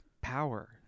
power